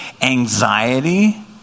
anxiety